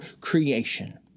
creation